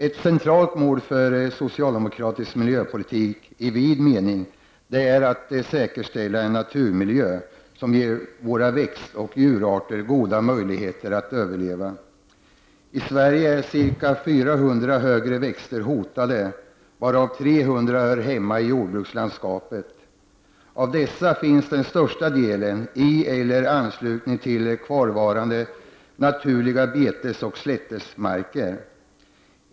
Ett centralt mål för en socialdemokratisk miljöpolitik i vid mening är att säkerställa den naturmiljö som ger våra växtoch djurarter goda möjligheter att överleva. I Sverige är ca 400 högre växter hotade, varav 300 hör hemma i jordbrukslandskapet. Av dessa finns den största delen i eller i anslutning till de kvarvarande naturliga betesoch slåttermarkerna.